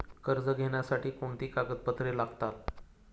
कर्ज घेण्यासाठी कोणती कागदपत्रे लागतात?